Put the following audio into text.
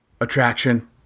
attraction